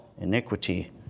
iniquity